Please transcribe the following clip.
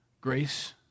Grace